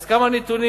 אז כמה נתונים,